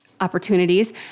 opportunities